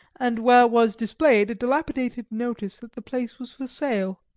and where was displayed a dilapidated notice that the place was for sale.